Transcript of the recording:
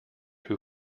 who